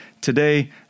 today